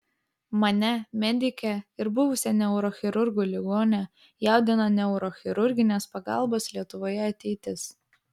mane medikę ir buvusią neurochirurgų ligonę jaudina neurochirurginės pagalbos lietuvoje ateitis